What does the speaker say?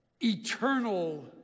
eternal